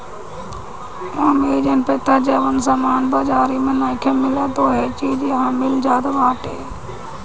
Amazon पे तअ जवन सामान बाजारी में नइखे मिलत उहो चीज इहा मिल जात बाटे